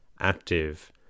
active